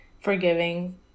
forgiving